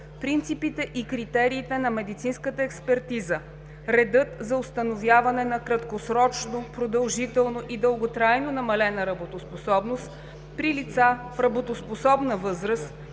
Принципите и критериите на медицинската експертиза, редът за установяване на краткосрочно, продължително и дълготрайно намалена работоспособност при лица в работоспособна възраст,